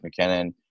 McKinnon